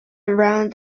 around